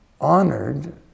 honored